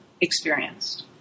experienced